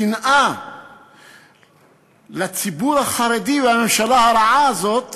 השנאה לציבור החרדי בממשלה הרעה הזאת